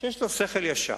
שיש לו שכל ישר.